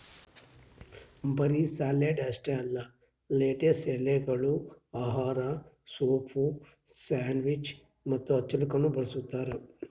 ಬರೀ ಸಲಾಡ್ ಅಷ್ಟೆ ಅಲ್ಲಾ ಲೆಟಿಸ್ ಎಲೆಗೊಳ್ ಆಹಾರ, ಸೂಪ್, ಸ್ಯಾಂಡ್ವಿಚ್ ಮತ್ತ ಹಚ್ಚಲುಕನು ಬಳ್ಸತಾರ್